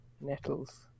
nettles